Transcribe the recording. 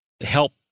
help